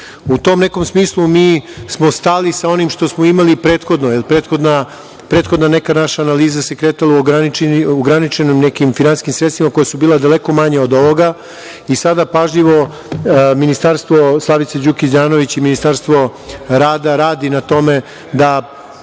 tom nekom smislu smo mi stali sa onim što smo imali prethodno, jer prethodna neka naša analiza se kretala u ograničenim finansijskim sredstvima koja su bila daleko manja o ovoga i sada pažljivo ministarstvo Slavice Đukić Dejanović i Ministarstvo rada radi na tome da